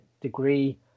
degree